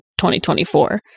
2024